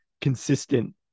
consistent